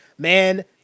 Man